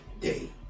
day